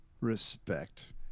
respect